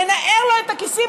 מנער לו את הכיסים,